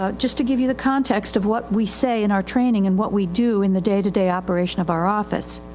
ah just to give you the context of what we say in our training and what we do in the day-to-day operation of our office.